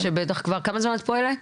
כמה זמן את פועלת?